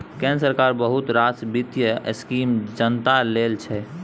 केंद्र सरकारक बहुत रास बित्तीय स्कीम जनता लेल छै